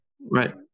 Right